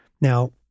Now